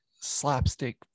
slapstick